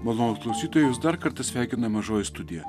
malonūs klausytojai jus dar kartą sveikina mažoji studija